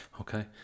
Okay